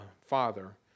Father